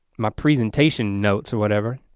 my presentation notes or whatever.